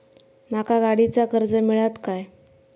माका गाडीचा कर्ज मिळात काय?